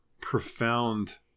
profound